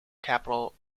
capital